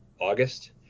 August